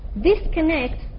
disconnect